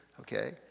Okay